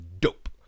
dope